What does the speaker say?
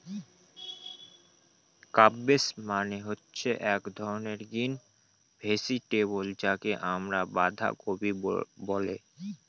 cabbage মানে হচ্ছে এক ধরনের গ্রিন ভেজিটেবল যাকে আমরা বাঁধাকপি বলে